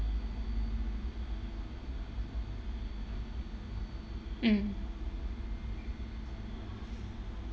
mm